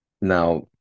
Now